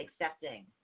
accepting